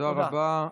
תודה רבה.